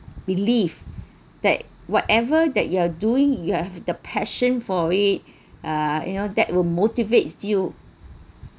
believe that whatever that you're doing you have the passion for it uh you know that will motivates you